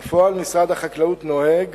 בפועל משרד החקלאות נוהג